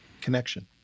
Connection